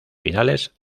finales